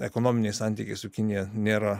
ekonominiai santykiai su kinija nėra